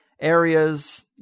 areas